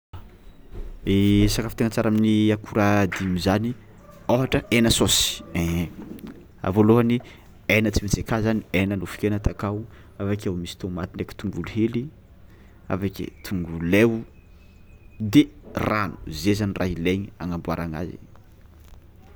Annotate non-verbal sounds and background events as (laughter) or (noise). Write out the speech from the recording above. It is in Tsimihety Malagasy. (hesitation) Ny sakafo tengna tsara amin'ny akôra dimy zany ôhatra hena saosy voalohany hena tsy maintsy aka zany, hena nofonkena ata akao avekeo misy tômaty ndraiky, tôngolo hely avakeo tôngolo ley o ,de rano zay zany raha ilegny angamboaragna azy.